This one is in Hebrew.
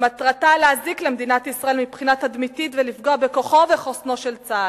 מטרתו להזיק למדינת ישראל מבחינה תדמיתית ולפגוע בכוחו וחוסנו של צה"ל.